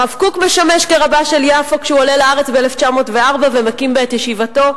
הרב קוק משמש רבה של יפו כשהוא עולה לארץ ב-1904 ומקים בה את ישיבתו.